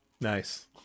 Nice